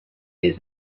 les